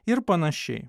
ir panašiai